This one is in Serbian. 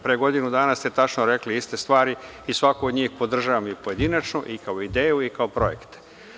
Pre godina dana ste tačno rekli iste stvari i svaku od njih podržavam i pojedinačno, i kao ideju i kao projekte.